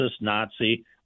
Nazi